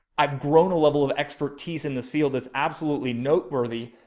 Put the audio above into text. i've grown a level of expertise in this field. that's absolutely noteworthy.